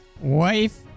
wife